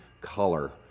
color